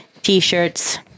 t-shirts